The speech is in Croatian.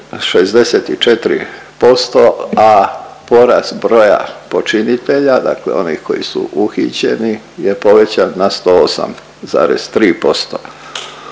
64%, a porast broja počinitelja dakle onih koji su uhićeni je povećan na 108,3%.